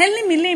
אין לי מילים,